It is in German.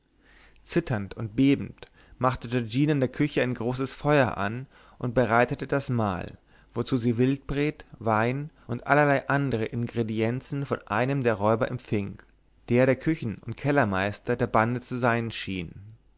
zitternd und bebend machte giorgina in der küche ein großes feuer an und bereitete das mahl wozu sie wildpret wein und allerlei andere ingredienzien von einem der räuber empfing der der küchen und kellermeister der bande zu sein schien